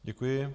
Děkuji.